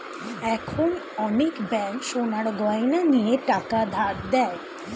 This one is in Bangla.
এখন অনেক ব্যাঙ্ক সোনার গয়না নিয়ে টাকা ধার দেয়